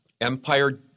Empire